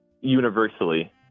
universally